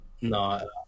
No